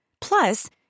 plus